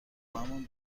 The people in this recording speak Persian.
مون